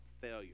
failure